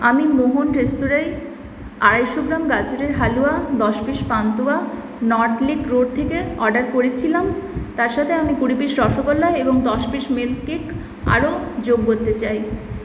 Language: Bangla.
আমি মোহন রেস্তোরায় আড়াইশো গ্রাম গাজরের হালুয়া দশ piece pantua North Lake Road থেকে অর্ডার করেছিলাম তার সাথে আমি কুড়ি পিস রসগোল্লা এবং দশ পিস মিল্ককেক আরও যোগ করতে চাই